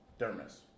dermis